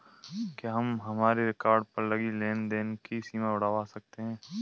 क्या हम हमारे कार्ड पर लगी लेन देन की सीमा बढ़ावा सकते हैं?